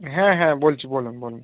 হ্যাঁ হ্যাঁ বলছি বলুন বলুন